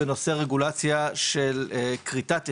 בנושא רגולציה של כריתת עצים,